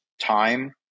time